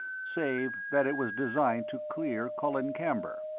save that it was designed to clear colin camber.